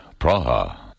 Praha